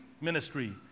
ministry